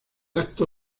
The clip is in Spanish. acto